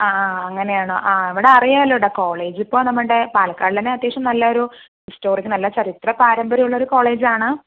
ആ ആ അങ്ങനെ ആണോ ആ ഇവിടെ അറിയാമല്ലോ ഡാ കോളേജ് ഇപ്പോൾ നമ്മുടെ പാലക്കാടിലെ തന്നെ അത്യാവശ്യം നല്ല ഒരു ഹിസ്റ്റോറിക് നല്ല ചരിത്ര പാരമ്പര്യം ഉള്ള ഒരു കോളേജ് ആണ്